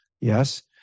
Yes